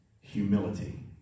Humility